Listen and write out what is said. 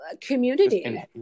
Community